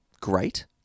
great